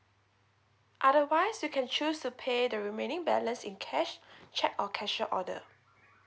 otherwise you can choose to pay the remaining balance in cash cheque or cashier's order